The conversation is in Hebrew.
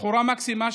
בחורה מקסימה,